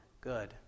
good